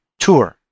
tour